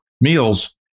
meals